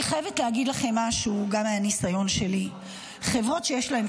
אני חייבת להגיד משהו גם מהניסיון שלי: חברות שיש להן